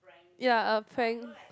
ya a prank